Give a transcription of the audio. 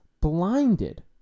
blinded